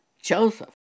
Joseph